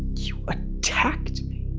you attacked